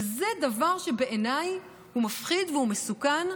וזה דבר שבעיניי הוא מפחיד והוא מסוכן,